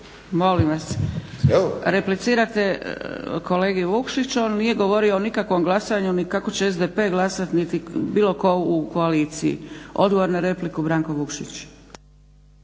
molim vas. Replicirate kolegi Vukšiću, on nije govorio o nikakvom glasanju ni kako će SDP glasati niti bilo tko u koaliciji. Odgovor na repliku Branko Vukkšić.